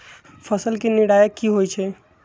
फसल के निराया की होइ छई?